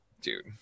dude